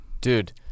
dude